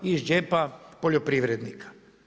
Iz džepa poljoprivrednika.